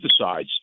pesticides